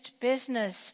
business